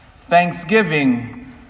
Thanksgiving